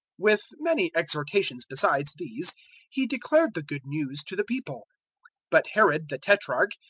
with many exhortations besides these he declared the good news to the people but herod the tetrarch,